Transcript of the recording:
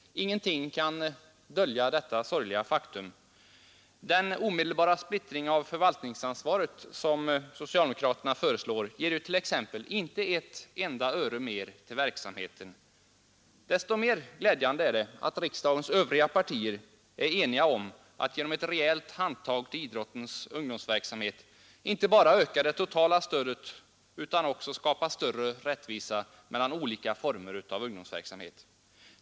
Ingenting kan dölja detta sorgliga faktum. Den omedelbara splittring av förvaltningsansvaret som socialdemokraterna föreslår ger t.ex. inte ett enda öre mer till verksamheten. Desto mer glädjande är det att riksdagens övriga partier är eniga om att genom ett rejält handtag till idrottens ungdomsverksamhet inte bara öka det totala stödet utan också skapa större rättvisa mellan olika former av ungdomsverksamhet.